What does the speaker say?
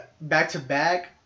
back-to-back –